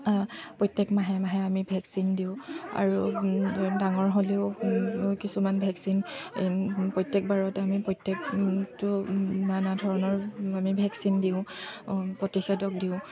প্ৰত্যেক মাহে মাহে আমি ভেকচিন দিওঁ আৰু ডাঙৰ হ'লেও কিছুমান ভেকচিন প্ৰত্যেকবাৰতে আমি প্ৰত্যেকটো নানা ধৰণৰ আমি ভেকচিন দিওঁ প্ৰতিষেধক দিওঁ